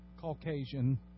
Caucasian